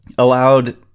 allowed